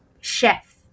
chef